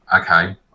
okay